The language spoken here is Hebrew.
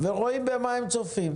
-- ורואים במה הם צופים.